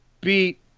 beat